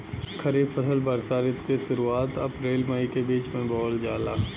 खरीफ फसल वषोॅ ऋतु के शुरुआत, अपृल मई के बीच में बोवल जाला